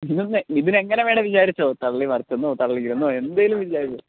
മിഥുനേ മിഥുൻ എങ്ങനെ വേണമെങ്കിലും വിചാരിച്ചോ തള്ളി മറിച്ചെന്നോ തള്ളി വീണെന്നോ എന്തെങ്കിലും വിചാരിച്ചോ